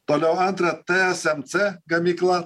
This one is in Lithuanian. toliau antra tsmc gamykla